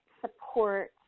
support